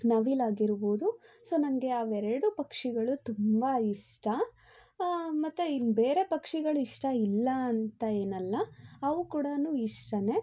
ನವಿಲಾಗಿರ್ಬೋದು so ನನಗೆ ಅವೆರಡು ಪಕ್ಷಿಗಳು ತುಂಬ ಇಷ್ಟ ಮತ್ತು ಇನ್ನು ಬೇರೆ ಪಕ್ಷಿಗಳು ಇಷ್ಟ ಇಲ್ಲ ಅಂತ ಏನಲ್ಲ ಅವು ಕೂಡಾ ಇಷ್ಟವೇ